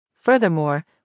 Furthermore